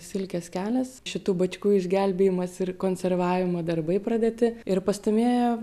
silkės kelias šitų bačkių išgelbėjimas ir konservavimo darbai pradėti ir pastūmėjo